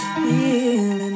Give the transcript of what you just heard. feeling